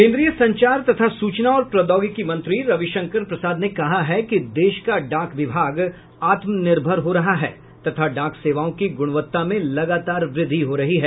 केन्द्रीय संचार तथा सूचना और प्रौद्योगिकी मंत्री रविशंकर प्रसाद ने कहा है कि देश का डाक विभाग आत्मनिर्भर हो रहा है तथा डाक सेवाओं की गुणवत्ता में लगातार वृद्धि हो रही है